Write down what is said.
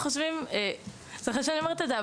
אז סליחה שאני אומרת את זה,